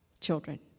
children